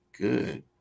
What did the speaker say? good